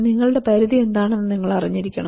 നിങ്ങളുടെ പരിധി എന്താണെന്ന് നിങ്ങൾ അറിഞ്ഞിരിക്കണം